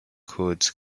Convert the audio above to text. codes